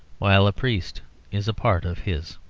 while a priest is a part of his.